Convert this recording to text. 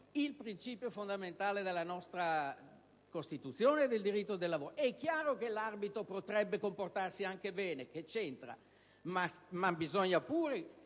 il principio fondamentale della nostra Costituzione e del diritto del lavoro. È chiaro che l'arbitro potrebbe anche comportarsi bene, ma bisogna pure